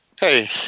hey